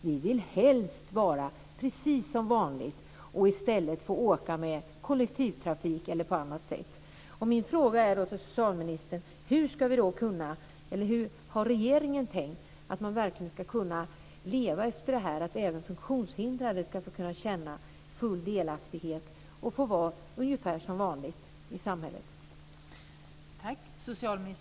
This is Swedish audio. Vi vill helst vara precis som vanligt och i stället få åka med kollektivtrafik eller på annat sätt.